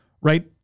right